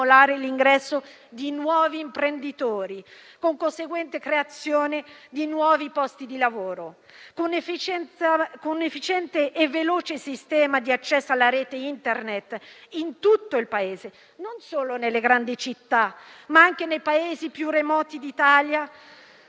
l'ingresso di nuovi imprenditori, con la conseguente creazione di nuovi posti di lavoro. Con un efficiente e veloce sistema di accesso alla rete Internet in tutto il Paese, non solo nelle grandi città, ma anche nei paesi più remoti d'Italia,